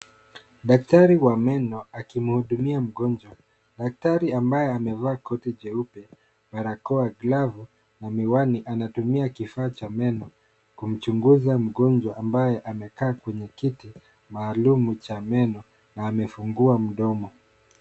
Daktari wa meno akimhudumia mgonjwa, daktari ambaye amevaa koti jeupe, barakoa, glavu na miwani anatumia kifaa cha meno kumchunguza mgonjwa ambaye amekaa kwenye kiti maalum cha meno na amefunguwa mdomo.